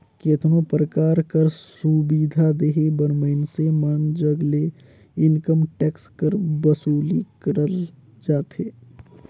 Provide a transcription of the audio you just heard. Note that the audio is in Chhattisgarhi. केतनो परकार कर सुबिधा देहे बर मइनसे मन जग ले इनकम टेक्स कर बसूली करल जाथे